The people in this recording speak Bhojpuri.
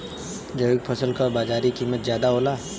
जैविक फसल क बाजारी कीमत ज्यादा होला